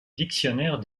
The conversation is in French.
dictionnaire